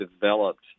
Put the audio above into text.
developed